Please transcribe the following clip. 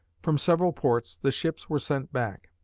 from several ports, the ships were sent back.